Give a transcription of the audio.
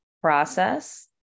process